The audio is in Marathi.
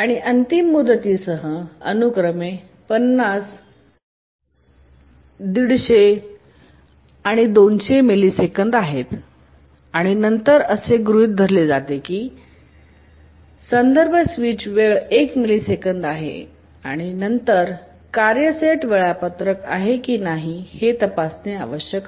आणि अंतिम मुदतीसह अनुक्रमे 50 150 आणि 200 मिलिसेकंद आहेत आणि नंतर असे गृहित धरले जाते की संदर्भ स्विच वेळ 1 मिलिसेकंद आहे आणि नंतर कार्य सेट वेळापत्रक आहे की नाही हे तपासणे आवश्यक आहे